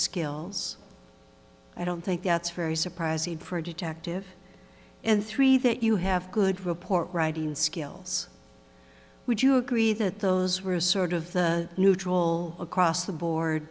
skills i don't think that's very surprising for a detective and three that you have good report writing skills would you agree that those were sort of neutral across the board